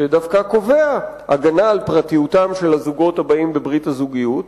שדווקא קובע הגנה על פרטיותם של הזוגות הבאים בברית הזוגיות.